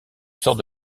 sort